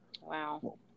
Wow